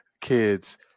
kids